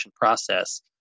process